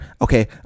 Okay